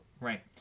Right